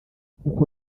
nk’uko